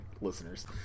listeners